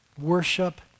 worship